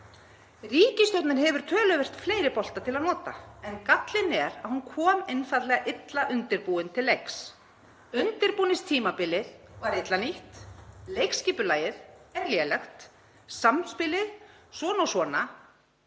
Ríkisstjórnin hefur töluvert fleiri bolta til að nota en gallinn er að hún kom einfaldlega illa undirbúin til leiks. Undirbúningstímabilið var illa nýtt, leikskipulagið er lélegt, samspilið svona og svona